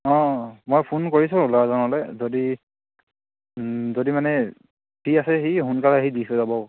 অঁ মই ফোন কৰিছোঁ ল'ৰাজনলৈ যদি যদি মানে ফ্ৰী আছে সি সোনকালে সি দি থৈ যাব